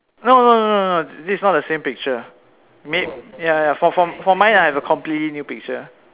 no no no no no this is not the same picture ma~ ya ya for for mine I have a completely new picture